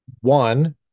One